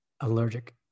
allergic